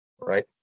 right